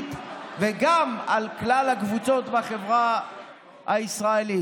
והמשמעותית וגם על כלל הקבוצות בחברה הישראלית.